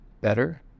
better